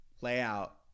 layout